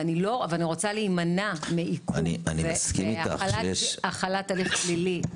ואני רוצה להימנע מעיכוב ומהחלת הליך פלילי,